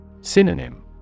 Synonym